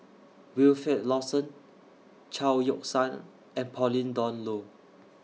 Wilfed Lawson Chao Yoke San and Pauline Dawn Loh